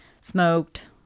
smoked